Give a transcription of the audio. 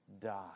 die